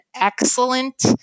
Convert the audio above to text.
excellent